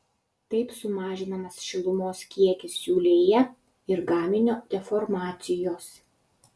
taip sumažinamas šilumos kiekis siūlėje ir gaminio deformacijos